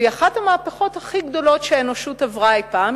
והיא אחת המהפכות הכי גדולות שהאנושות עברה אי-פעם,